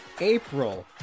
April